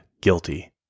guilty